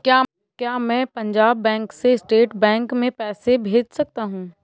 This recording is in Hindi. क्या मैं पंजाब बैंक से स्टेट बैंक में पैसे भेज सकता हूँ?